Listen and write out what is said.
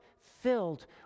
filled